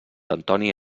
antoni